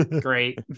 great